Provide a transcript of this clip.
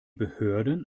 behörden